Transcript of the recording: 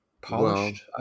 Polished